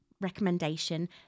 recommendation